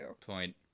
Point